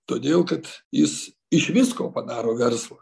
todėl kad jis iš visko padaro verslą